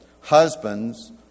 husbands